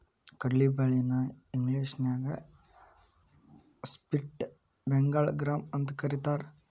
ಕಡ್ಲಿ ಬ್ಯಾಳಿ ನ ಇಂಗ್ಲೇಷನ್ಯಾಗ ಸ್ಪ್ಲಿಟ್ ಬೆಂಗಾಳ್ ಗ್ರಾಂ ಅಂತಕರೇತಾರ